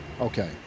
Okay